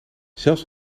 zelfs